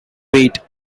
weight